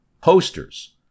Posters